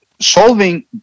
solving